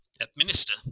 administer